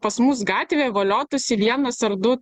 pas mus gatvėje voliotųsi vienas ar du